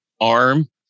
arm